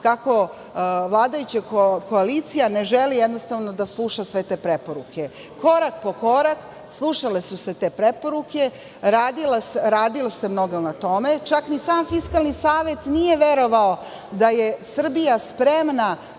kako vladajuća koalicija ne želi da sluša sve te preporuke. Korak po korak, slušale su se te preporuke, radilo se mnogo na tome. Čak ni sam Fiskalni savet nije verovao da je Srbija spremna